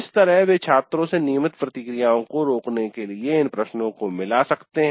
इस तरह वे छात्रों से नियमित प्रतिक्रियाओं को रोकने के लिए इन प्रश्नों को मिला सकते हैं